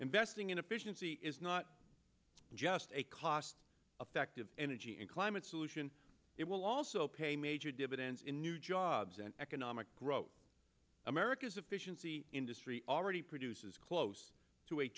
investing in efficiency is not just a cost effective energy and climate solution it will also pay major dividends in new jobs and economic growth america's efficiency industry already produces close to a